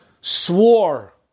swore